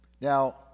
Now